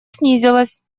снизились